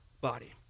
body